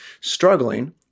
struggling